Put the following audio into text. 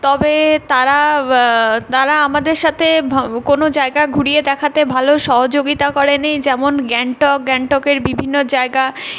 তবে তারা তারা আমাদের সাথে ভা কোনো জায়গা ঘুরিয়ে দেখাতে ভালো সহযোগিতা করেন এই যেমন গ্যাংটক গ্যাংটকের বিভিন্ন জায়গা